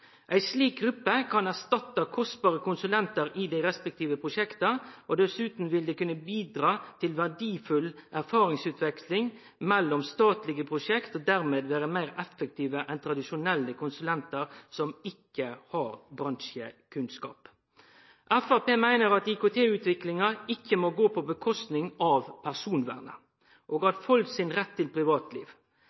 Ei slik gruppe kan erstatte kostbare konsulentar i dei respektive prosjekta. Dessutan vil det kunne bidra til verdifull erfaringsutveksling mellom statlege prosjekt, og dermed vil dei vere meir effektive enn tradisjonelle konsulentar, som ikkje har bransjekunnskap. Framstegspartiet meiner at IKT-utviklinga ikkje må gå på kostnad av personvernet og folk sin rett til privatliv.